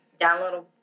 Download